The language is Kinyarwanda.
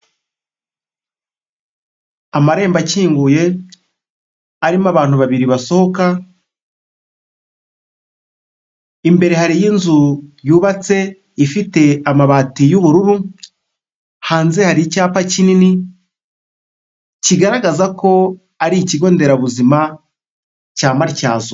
Amarembo akinguye arimo abantu babiri basohoka, imbere hariyo inzu yubatse ifite amabati y'ubururu, hanze hari icyapa kinini kigaragaza ko ari ikigo nderabuzima cya MATYAZO.